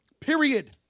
Period